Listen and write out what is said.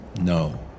No